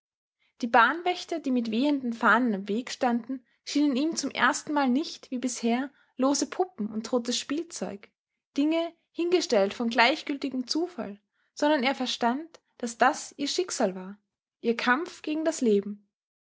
die bahnwächter die mit wehenden fahnen am weg standen schienen ihm zum ersten male nicht wie bisher lose puppen und totes spielzeug dinge hingestellt von gleichgültigem zufall sondern er verstand daß das ihr schicksal war ihr kampf gegen das leben